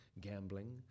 gambling